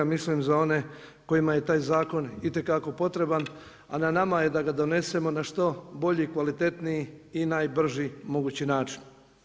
mislim za one kojima je taj zakon itekako potreban a na nama je da ga donesemo na što bolji, kvalitetniji i najbrži mogući način.